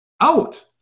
out